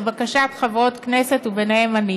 לבקשת חברות כנסת ואני ביניהן.